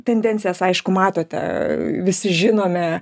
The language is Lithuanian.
tendencijas aišku matote visi žinome